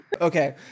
Okay